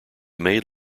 made